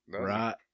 right